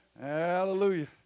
Hallelujah